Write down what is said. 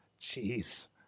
Jeez